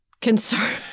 concern